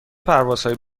پروازهایی